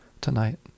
tonight